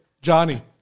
Johnny